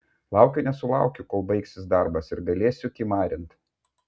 laukiu nesulaukiu kol baigsis darbas ir galėsiu kimarint